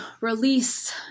release